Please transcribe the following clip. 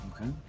Okay